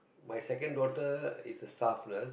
my second daughter is staff nurse